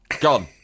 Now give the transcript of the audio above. Gone